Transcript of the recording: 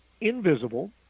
invisible